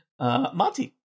Monty